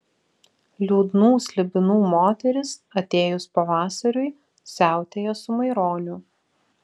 liūdnų slibinų moteris atėjus pavasariui siautėja su maironiu